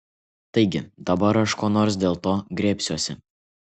taigi dabar aš ko nors dėl to griebsiuosi